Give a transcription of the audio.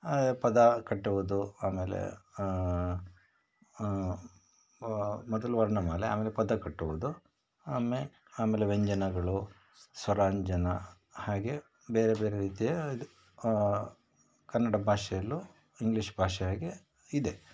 ಪದ ಕಟ್ಟುವುದು ಆಮೇಲೆ ಮೊದಲು ವರ್ಣಮಾಲೆ ಆಮೇಲೆ ಪದ ಕಟ್ಟುವುದು ಆಮೆ ಆಮೇಲೆ ವ್ಯಂಜನಗಳು ಸ್ವರಾಂಜನ ಹಾಗೇ ಬೇರೆ ಬೇರೆ ರೀತಿಯ ಇದು ಕನ್ನಡ ಭಾಷೆಯಲ್ಲೂ ಇಂಗ್ಲೀಷ್ ಭಾಷೆ ಹಾಗೆ ಇದೆ